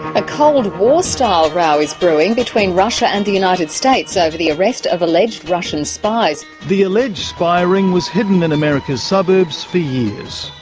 a cold war style row is brewing between russia and the united states over the arrest of alleged russian spies. the alleged spy ring was hidden in america's suburbs for years.